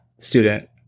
student